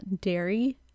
dairy